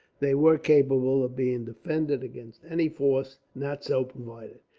they were capable of being defended against any force not so provided.